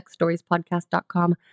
sexstoriespodcast.com